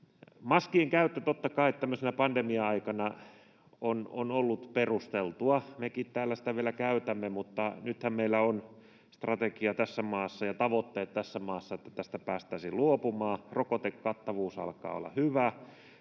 Maskien käyttö totta kai tämmöisenä pandemia-aikana on ollut perusteltua. Mekin täällä sitä vielä käytämme, mutta nythän meillä on strategia tässä maassa ja tavoitteet tässä maassa, että tästä päästäisiin luopumaan. Rokotekattavuus alkaa olla hyvä